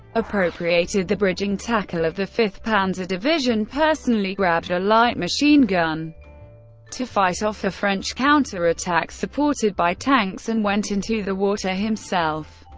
appropriated the bridging tackle of the fifth panzer division, personally grabbed a light machine gun to fight off a french counterattack supported by tanks, and went into the water himself,